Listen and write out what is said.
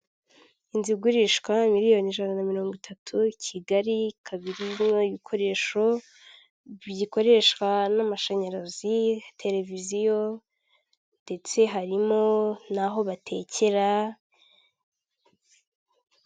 Ikinyabiziga k'ibinyamitende kikoreye kigaragara cyakorewe mu Rwanda n'abagabo batambuka muri iyo kaburimbo n'imodoka nyinshi ziparitse zitegereje abagenzi.